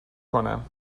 کنم